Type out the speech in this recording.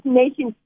nation